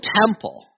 temple